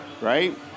right